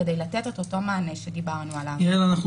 כדי לתת את אותו מענה שדיברנו עליו.